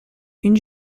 une